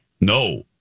No